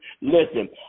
listen